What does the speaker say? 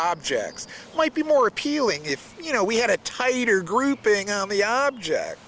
objects might be more appealing if you know we had a tighter grouping on the object